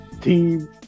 Team